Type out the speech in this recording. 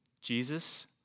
Jesus